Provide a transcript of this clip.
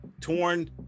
torn